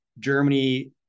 Germany